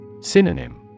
Synonym